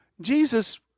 Jesus